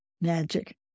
magic